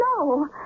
No